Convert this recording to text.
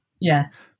Yes